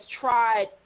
tried